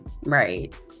Right